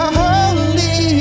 holy